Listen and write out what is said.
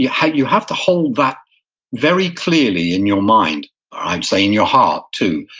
you have you have to hold that very clearly in your mind, or i'd say in your heart too.